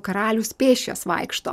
karalius pėsčias vaikšto